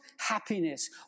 happiness